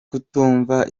kutumva